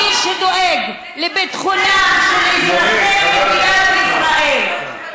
מי שדואג לביטחונם של אזרחי מדינת ישראל,